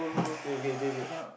okay okay okay okay